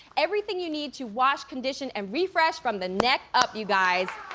everything you need to wash, condition and refresh from the neck up, you guys.